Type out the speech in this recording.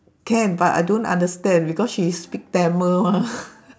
can but I don't understand because she speak tamil mah